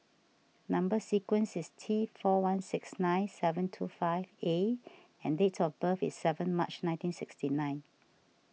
Number Sequence is T four one six nine seven two five A and date of birth is seven March nineteen sixty nine